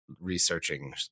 researching